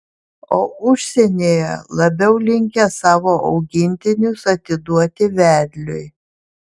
o užsienyje labiau linkę savo augintinius atiduoti vedliui